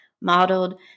modeled